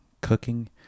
cooking